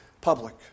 public